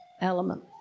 element